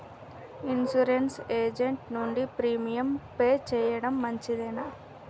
Insurance agent నుండి premium pay చేయడం మంచిదేనా?